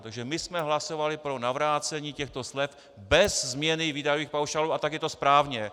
Takže my jsme hlasovali pro navrácení těchto slev bez změny výdajových paušálů a tak je to správně.